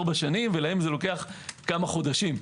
ארבע שנים ולהם כמה חודשים.